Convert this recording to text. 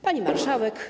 Pani Marszałek!